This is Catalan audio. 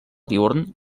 diürn